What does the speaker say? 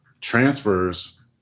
transfers